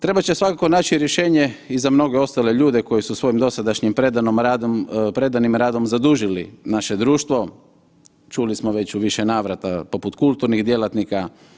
Trebat će svakako naći rješenje i za mnoge ostale ljude koji si svojim dosadašnjim predanim radom zadužili naše društvo, čuli smo već u više navrata, poput kulturnih djelatnika.